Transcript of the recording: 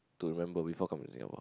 to remember before coming to Singapore